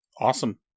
Awesome